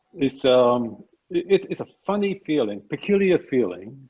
it's um it's a funny feeling, peculiar feeling,